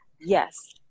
Yes